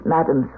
Madam